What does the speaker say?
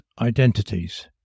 identities